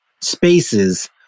spaces